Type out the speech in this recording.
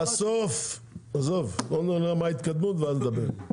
בוא נראה מה ההתקדמות ואז נדבר.